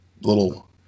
little